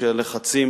שהלחצים